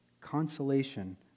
consolation